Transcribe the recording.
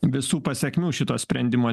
visų pasekmių šito sprendimo